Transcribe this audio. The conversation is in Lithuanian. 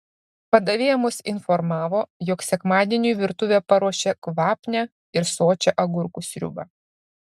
padavėja mus informavo jog sekmadieniui virtuvė paruošė kvapnią ir sočią agurkų sriubą